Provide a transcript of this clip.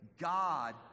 God